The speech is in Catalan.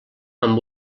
amb